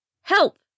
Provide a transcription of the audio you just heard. Help